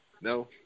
No